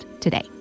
Today